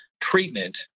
treatment